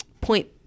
point